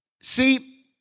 See